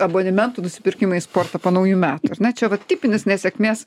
abonementų nusipirkimai sporto po naujų metų ane čia vat tipinis nesėkmės